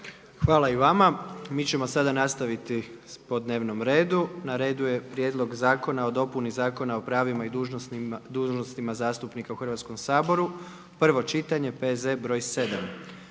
Gordan (HDZ)** Mi ćemo sada nastaviti po dnevnom redu. Na redu je - Prijedlog zakona o dopuni Zakona o pravima i dužnostima zastupnika u Hrvatskom saboru, prvo čitanje, P.Z. br. 7;